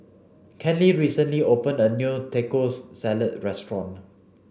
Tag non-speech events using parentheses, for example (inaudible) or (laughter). Kenley recently opened a new Taco (unintelligible) Salad restaurant